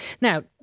Now